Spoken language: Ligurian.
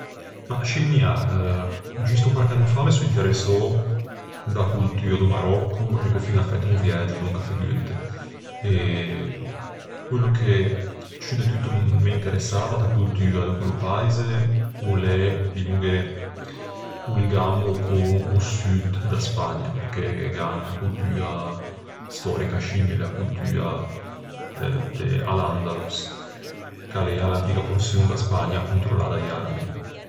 Ma scì, mia, giusto quarch'anno fa me son interessou da coltua do Maròcco e gh'ò fiña fæto un viægio, donca figurite. Quello che ciù de tutto m'interessava da coltua de quello paise o l'é, dimmoghe, o ligammo con o sud da Spagna, perché gh'an unna coltua stòrica scimile, a coltua de al-Andalus, ch'a l'ea l'antiga porçion da Spagna controllâ da-i arabi.